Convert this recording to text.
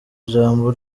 ijambo